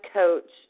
coach